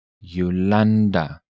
Yolanda